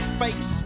face